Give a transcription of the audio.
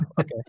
okay